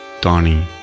Donnie